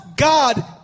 God